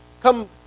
Come